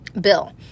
bill